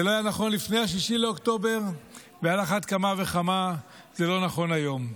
זה לא היה נכון לפני 6 באוקטובר ועל אחת כמה וכמה זה לא נכון היום.